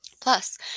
Plus